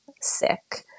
sick